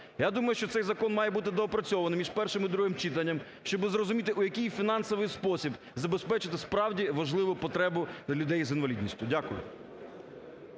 Я думаю, що цей закон має бути доопрацьований між першим і другим читанням, щоб зрозуміти в який фінансовий спосіб забезпечити справді важливу потребу для людей з інвалідністю. Дякую.